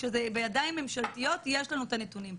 כשזה בידיים ממשלתיות יש לנו את הנתונים,